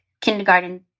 kindergarten